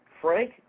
Frank